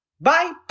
bye